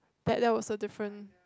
that that was so different